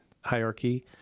hierarchy